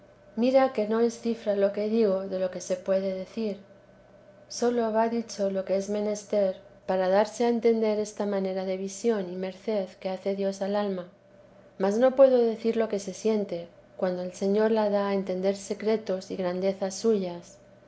mira que no es cifra lo que digo de lo que se puede decir sólo va dicho lo que es menester para darse a entender esta manera de visión y merced que hace dios al alma mas no puedo decir lo que se siente cuando el señor la da a entender secretos y grandezas suyas